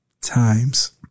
times